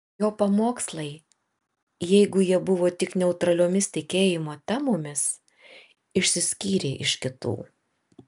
jo pamokslai jeigu jie buvo tik neutraliomis tikėjimo temomis išsiskyrė iš kitų